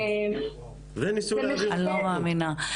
אני לא מאמינה.